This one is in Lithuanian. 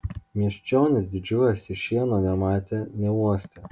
miesčionys didžiuojasi šieno nematę neuostę